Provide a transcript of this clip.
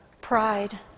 pride